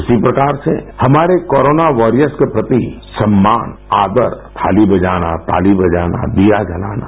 उसी प्रकार से हमारे कोरोना वारियर्स के प्रति सम्मान आदर थाली बजाना ताली बजाना दिया जलाना